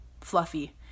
fluffy